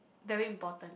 very important